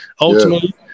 Ultimately